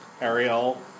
Ariel